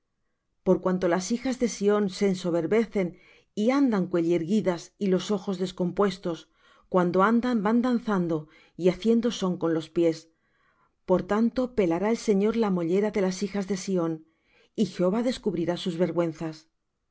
por cuanto las hijas de sión se ensoberbecen y andan cuellierguidas y los ojos descompuestos cuando andan van danzando y haciendo son con los pies por tanto pelará el señor la mollera de las hijas de sión y jehová descubrirá sus vergüenzas